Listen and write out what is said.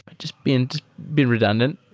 but just being being redundant.